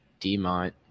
DeMont